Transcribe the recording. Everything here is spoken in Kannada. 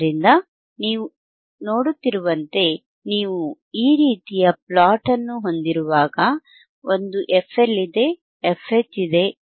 ಆದ್ದರಿಂದ ಇಲ್ಲಿ ನೀವು ನೋಡುತ್ತಿರುವಂತೆ ನೀವು ಈ ರೀತಿಯ ಪ್ಲೊಟ್ ಅನ್ನು ಹೊಂದಿರುವಾಗ ಒಂದು fL ಇದೆ fH ಇದೆ